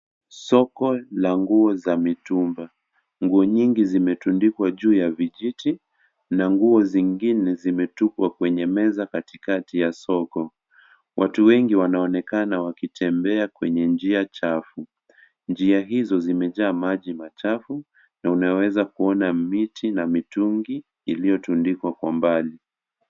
Soko la nguo za mitumba, nguo nyingi zimetundikwa juu ya vijiti na nguo zingine zimetuowa kwenye meza katikati ya soko. Watu wengi wanaonekana wakitembea kwenye njia chafu. Njia hizo zimejaa maji machafu na unaweza kuona miti na mitungi iliyo tundikwa kwa mbali.